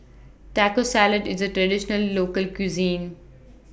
Taco Salad IS A Traditional Local Cuisine